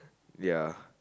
ya